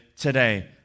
today